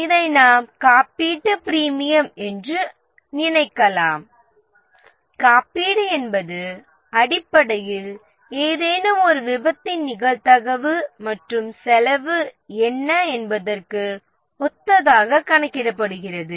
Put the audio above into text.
இதை நாம் காப்பீட்டு பிரீமியம் என்று நினைக்கலாம் காப்பீடு என்பது அடிப்படையில் ஏதேனும் ஒரு விபத்து ஏற்படுவதற்கான நிகழ்தகவு மற்றும் அதன் செலவு என்னவாக இருக்கும் என்பதைப் பொறுத்து கணக்கிடப்படுகிறது